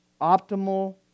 optimal